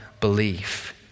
belief